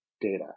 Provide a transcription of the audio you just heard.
data